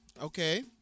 Okay